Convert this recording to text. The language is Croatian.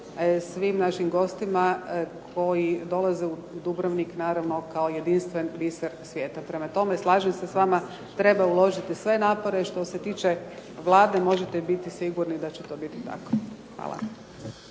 svim našim gostima koji dolaze u Dubrovnik naravno kao jedinstven biser svijeta. Prema tome, slažem se s vama, treba uložiti sve napore. Što se tiče Vlade možete biti sigurni da će to biti tako. Hvala.